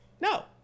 No